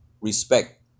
respect